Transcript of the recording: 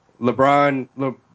LeBron